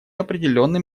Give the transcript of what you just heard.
определенным